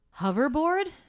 hoverboard